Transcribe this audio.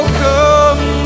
come